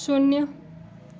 शून्य